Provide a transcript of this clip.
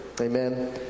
Amen